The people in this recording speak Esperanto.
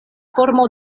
formo